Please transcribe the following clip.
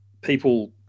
people